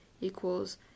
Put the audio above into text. equals